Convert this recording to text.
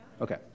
Okay